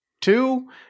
Two